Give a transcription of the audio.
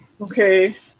Okay